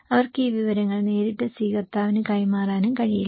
അവർക്ക് ഈ വിവരങ്ങൾ നേരിട്ട് സ്വീകർത്താവിന് കൈമാറാനും കഴിയില്ല